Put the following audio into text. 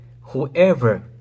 whoever